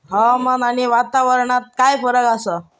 हवामान आणि वातावरणात काय फरक असा?